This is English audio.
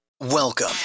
Welcome